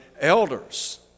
elders